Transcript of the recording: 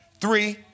three